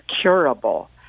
curable